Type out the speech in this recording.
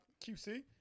QC